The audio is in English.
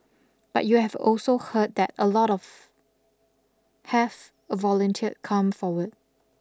but you have also heard that a lot of have a volunteer come forward